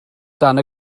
dan